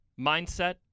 mindset